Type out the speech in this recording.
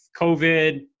COVID